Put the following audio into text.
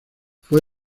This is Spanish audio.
fue